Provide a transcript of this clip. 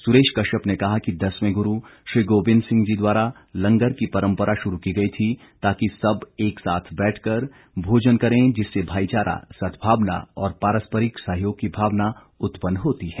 सुरेश कश्यप ने कहा कि दसवें गुरु श्री गोबिंद सिंह जी द्वारा लंगर की परंपरा शुरू की गई थी ताकि सब एक साथ बैठ कर भोजन करें जिससे भाईचारा सद्भावना और पारस्परिक सहयोग की भावना उत्पन्न होती है